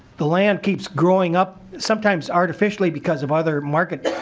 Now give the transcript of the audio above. the land keeps growing up sometimes artificial because of other market